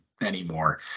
anymore